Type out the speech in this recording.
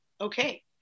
okay